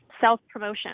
self-promotion